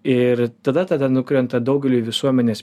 ir tada tada nukrenta daugeliui visuomenės